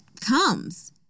comes